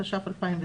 התש"ף-2020,